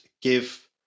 give